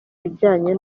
bijyanye